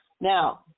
Now